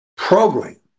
program